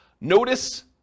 Notice